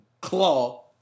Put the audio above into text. claw